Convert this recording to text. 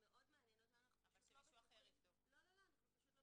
מאוד מעניין אותנו אנחנו פשוט --- אבל שמישהו אחר יבדוק.